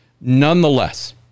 Nonetheless